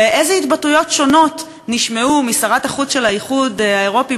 ואיזה התבטאויות שונות נשמעו משרת החוץ של האיחוד האירופי,